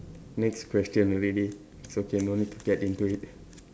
next question already it's okay no need to get into it